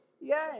Yes